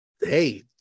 hey